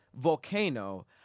volcano